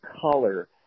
color